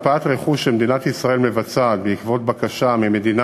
הקפאת רכוש שמדינת ישראל מבצעת בעקבות בקשה ממדינה